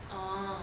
oh